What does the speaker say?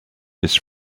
his